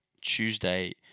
Tuesday